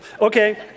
Okay